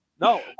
no